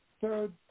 third